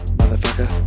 motherfucker